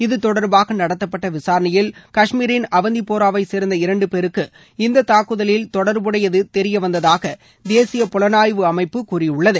இதுதொடர்பாக நடத்தப்பட்ட விசாரணையில் கஷ்மீன் அவந்திபோராவை சேர்ந்த இரண்டு பேருக்கு இந்த தாக்குதலில் தொடர்புடையது தெரிய வந்ததாக தேசிய புலனாய்வு அமைப்பு கூறியுள்ளது